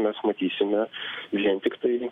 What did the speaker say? mes matysime vien tiktai